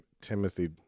Timothy